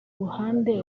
ruhande